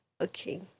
Okay